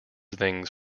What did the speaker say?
things